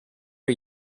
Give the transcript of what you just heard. are